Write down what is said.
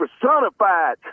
personified